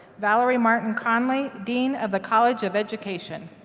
valerie martin conley, dean of the college of education.